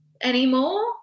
anymore